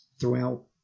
throughout